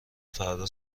فردا